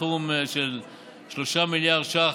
יש לבחור במנגנון של תמיכה ישירה באוכלוסייה